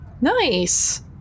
Nice